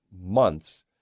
months